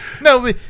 No